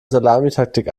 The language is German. salamitaktik